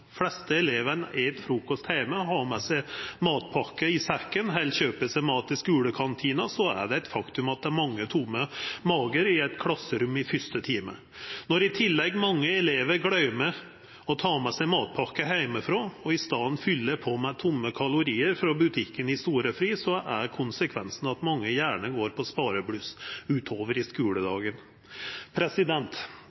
fleste elevane et frukost heime, har med seg matpakke i sekken eller kjøper seg mat i skulekantina, er det eit faktum at det er mange tomme magar i eit klasserom i fyrste time. Når i tillegg mange elevar gløymer å ta med seg matpakke heimanfrå og i staden fyller på med tomme kaloriar frå butikken i storefri, er konsekvensen at mange hjernar går på sparebluss utover i